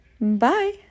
Bye